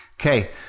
Okay